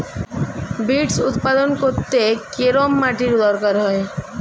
Beets উৎপাদন করতে কেরম মাটির দরকার হয়?